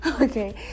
okay